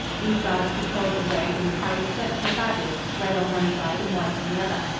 these guards patrolled the road and carried circular badges, red on one side and white on the other.